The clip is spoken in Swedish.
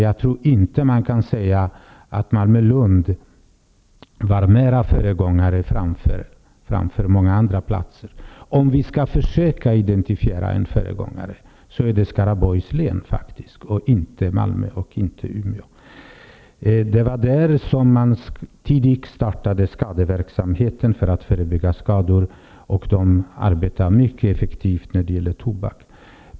Jag tror inte att man kan säga att man var mer föregångare i Malmö och Lund än någon annanstans. Om man ändå skall försöka identifiera föregångare är det faktiskt i Skaraborgs län de finns -- inte i Malmö och inte heller i Umeå. Det var där som man tidigt startade förebyggande skadeverksamhet. Man arbetar där också mycket effektivt när det gäller tobak.